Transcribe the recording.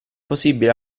possibile